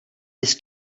viz